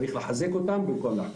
צריך לחזק אותן במקום להחליש.